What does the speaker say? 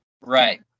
right